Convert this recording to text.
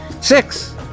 Six